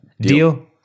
Deal